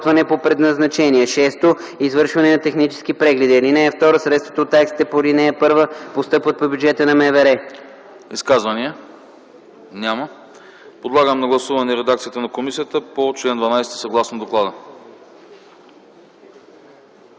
Изказвания? Няма. Подлагам на гласуване редакцията на комисията по чл. 12 съгласно доклада.